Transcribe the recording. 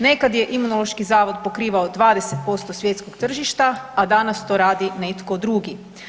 Nekad je Imunološki zavod pokrivao 20% svjetskog tržišta, a danas to radi netko drugi.